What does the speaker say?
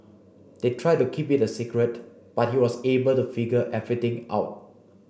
they tried to keep it a secret but he was able to figure everything out